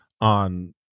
on